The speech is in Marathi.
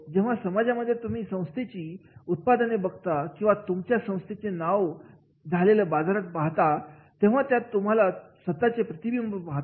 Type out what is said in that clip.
जेव्हा समाजामध्ये तुम्ही संस्थेची उत्पादने बघता किंवा तुमच्या संस्थेचे नाव झालेलं बघता तेव्हा त्यात तुम्ही स्वतःचे प्रतिबिंब बघता